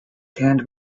tanned